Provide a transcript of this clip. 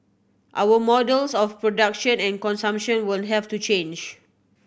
our models of production and consumption will have to change